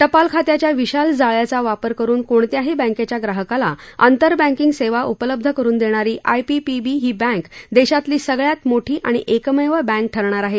टपालखात्याच्या विशाल जाळयाचा वापर करुन कोणत्याही बँकँच्या ग्राहकाला अंतर बँकिंग सेवा उपलब्ध करुन देणारी आयपीपीबी ही बँक देशातली सगळयात मोठी आणि एकमेव बँक ठरणार आहे